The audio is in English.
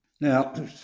Now